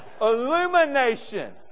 Illumination